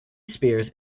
spears